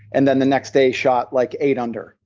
and then the next day shot like eight under.